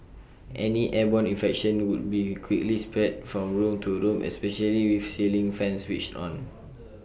any airborne infection would be quickly spread from room to room especially with ceiling fans switched on